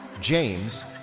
James